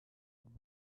again